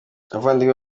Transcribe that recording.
abavandimwe